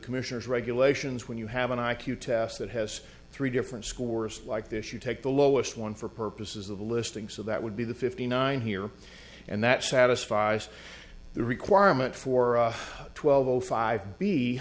commissioner's regulations when you have an i q test that has three different scores like this you take the lowest one for purposes of the listing so that would be the fifty nine here and that satisfies the requirement for twelve o five b